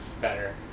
better